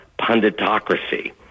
punditocracy